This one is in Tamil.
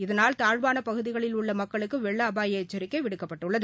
இதனால் தாழ்வானபகுதியில் உள்ளமக்களுக்குவெள்ளஅபாயஎச்சரிக்கைவிடுக்கப்பட்டுள்ளது